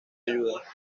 ayuda